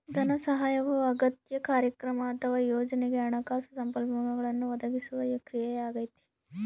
ಧನಸಹಾಯವು ಅಗತ್ಯ ಕಾರ್ಯಕ್ರಮ ಅಥವಾ ಯೋಜನೆಗೆ ಹಣಕಾಸು ಸಂಪನ್ಮೂಲಗಳನ್ನು ಒದಗಿಸುವ ಕ್ರಿಯೆಯಾಗೈತೆ